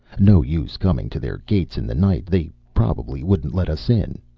no use coming to their gates in the night. they probably wouldn't let us in.